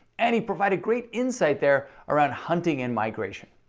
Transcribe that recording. and he provided great insight there around hunting and migration.